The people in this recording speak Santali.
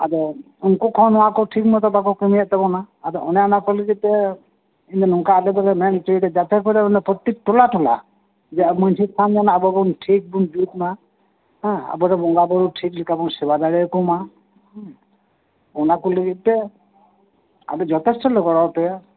ᱟᱫᱚ ᱩᱱᱠᱩ ᱠᱚᱦᱚᱸ ᱱᱚᱣᱟ ᱠᱚ ᱴᱷᱤᱠ ᱢᱚᱛᱚ ᱵᱟᱠᱚ ᱠᱟᱹᱢᱤᱭᱮᱫ ᱛᱟᱵᱚᱱᱟ ᱟᱫᱚ ᱚᱱᱮ ᱚᱱᱟ ᱠᱚ ᱞᱟᱜᱤᱜ ᱛᱮ ᱱᱚᱝᱠᱟ ᱟᱞᱮ ᱫᱚᱞᱮ ᱢᱮᱱ ᱚᱪᱚᱭᱮᱫᱟ ᱡᱟᱛᱮ ᱠᱚᱨᱮ ᱯᱨᱚᱛᱛᱮᱠ ᱴᱚᱞᱟ ᱴᱚᱞᱟ ᱡᱟ ᱟᱵᱚ ᱢᱟᱡᱷᱤ ᱛᱷᱟᱱ ᱢᱮᱱᱟᱜᱼᱟ ᱟᱵᱚ ᱵᱚᱱ ᱴᱷᱤᱠ ᱵᱚᱱ ᱡᱩᱛ ᱢᱟ ᱦᱮᱸ ᱟᱵᱚ ᱫᱚ ᱵᱚᱸᱜᱟ ᱵᱩᱨᱩ ᱴᱷᱤᱠ ᱞᱮᱠᱟ ᱵᱚᱱ ᱥᱮᱵᱟ ᱫᱟᱲᱮᱣ ᱠᱚᱢᱟ ᱦᱮᱸ ᱚᱱᱟ ᱠᱚ ᱞᱟᱜᱤᱫ ᱛᱮ ᱟᱞᱮ ᱡᱚᱛᱷᱮᱥᱴᱚ ᱞᱮ ᱜᱚᱲᱚᱣᱟ ᱯᱮᱭᱟ